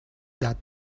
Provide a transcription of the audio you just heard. that